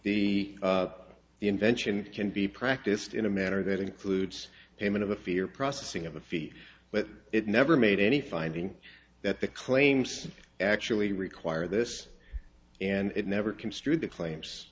the invention can be practiced in a manner that includes payment of a fear processing of a fee but it never made any finding that the claims actually require this and it never construed the claims